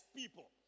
people